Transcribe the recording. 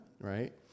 right